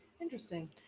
interesting